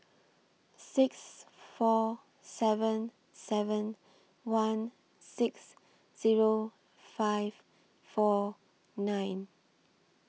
six four seven seven one six Zero five four nine